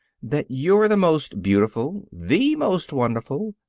that you're the most beautiful, the most wonderful,